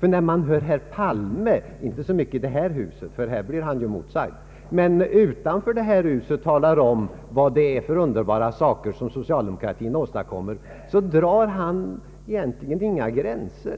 När herr Palme — inte så mycket i det här huset, för här blir han ju motsagd, men utanför det här huset — talar om vad det är för underbara saker som socialdemokratin åstadkommer, då drar han egentligen inga gränser.